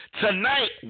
tonight